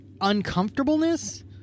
uncomfortableness